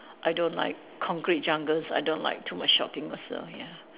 I don't like concrete jungles I don't like too much shopping also ya